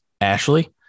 Ashley